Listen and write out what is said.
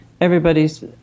everybody's